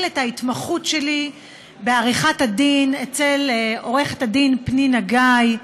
את ההתמחות שלי בעריכת דין אצל עורכת הדין פנינה גיא,